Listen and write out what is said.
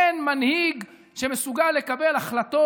אין מנהיג שמסוגל לקבל החלטות,